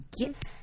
Get